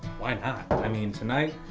why i mean tonight